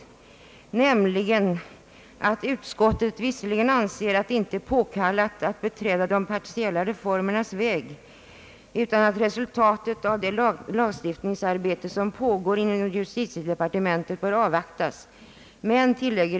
Utskottet säger nämligen följande: » Utskottet anser emellertid icke att det f. n. är påkallat att beträda de partiella reformernas väg utan att resultatet av det lagstiftningsarbete som pågår inom justitiedepartementet bör avvaktas.